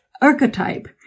archetype